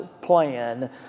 plan